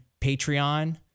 Patreon